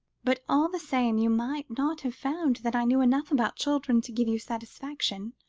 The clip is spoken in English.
but all the same you might not have found that i knew enough about children to give you satisfaction,